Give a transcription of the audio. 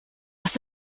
nach